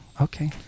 okay